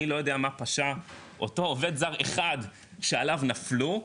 אני לא יודע מה פשע אותו עובד זר אחד שעליו נפלו,